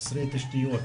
חסרי תשתיות.